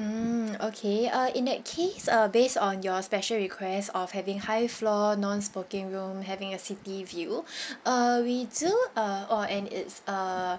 mm okay uh in that case uh based on your special request of having high floor non smoking room having a city view uh we do uh oh and it's uh